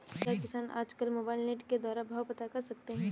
क्या किसान आज कल मोबाइल नेट के द्वारा भाव पता कर सकते हैं?